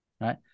right